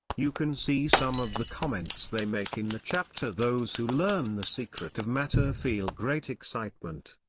you can see some of the comments they make in the chapter those who learn the secret of matter feel great excitement.